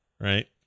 right